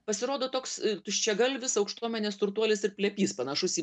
pasirodo toks tuščiagalvis aukštuomenės turtuolis ir plepys panašus į